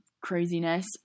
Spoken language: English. craziness